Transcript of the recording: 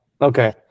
okay